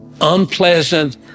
unpleasant